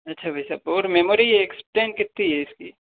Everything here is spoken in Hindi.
अच्छा भाईसाहब और मेमोरी एक्सटेंड कितनी है इसकी